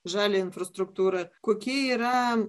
žalią infrastruktūrą kokie yra